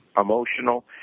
emotional